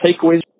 takeaways